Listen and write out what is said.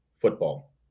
football